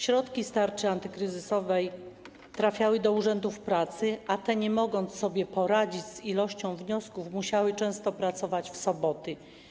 Środki z tarczy antykryzysowej trafiały do urzędów pracy, a te, nie mogąc sobie poradzić z liczbą wniosków, musiały często pracować w soboty.